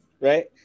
right